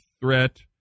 threat